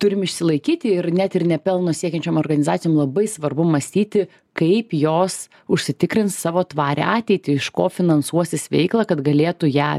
turim išsilaikyti ir net ir ne pelno siekiančiom organizacijom labai svarbu mąstyti kaip jos užsitikrins savo tvarią ateitį iš ko finansuosis veiklą kad galėtų ją